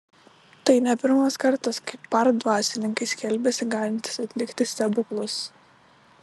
tai ne pirmas kartas kai par dvasininkai skelbiasi galintys atlikti stebuklus